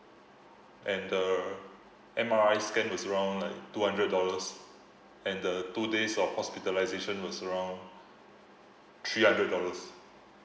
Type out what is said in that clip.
and the M_R_I scan was around like two hundred dollars and the two days of hospitalisation was around three hundred dollars